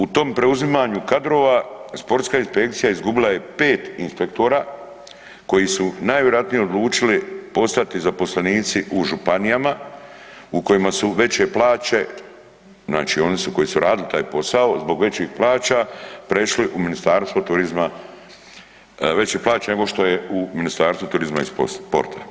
U tom preuzimanju kadrova sportska inspekcija izgubila je 5 inspektora koji su najvjerojatnije odlučili postati zaposlenici u županijama u kojima su veće plaće, znači oni su koji su radili taj posao zbog većih plaća prešli u Ministarstvo turizma, veće plaće nego što je u Ministarstvu turizma i sporta.